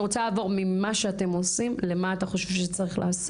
אני רוצה לעבור ממה שאתם עושים למה אתה חושב שצריך לעשות?